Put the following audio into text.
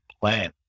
plan